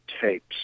tapes